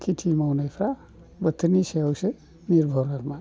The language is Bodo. खेथि मावनायफ्रा बोथोरनि सायावसो निरभर आरोना